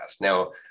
Now